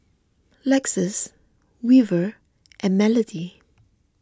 Lexis Weaver and Melodee